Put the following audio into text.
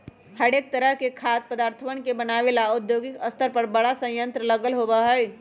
हरेक तरह के खाद्य पदार्थवन के बनाबे ला औद्योगिक स्तर पर बड़ा संयंत्र लगल होबा हई